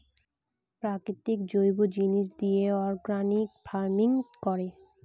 প্রাকৃতিক জৈব জিনিস দিয়ে অর্গানিক ফার্মিং করে